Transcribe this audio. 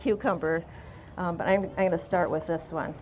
cucumber but i'm going to start with this one